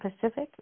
Pacific